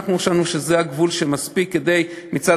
אנחנו חשבנו שזה הגבול שמספיק כדי מצד